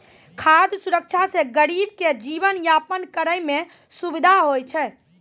खाद सुरक्षा से गरीब के जीवन यापन करै मे सुविधा होय छै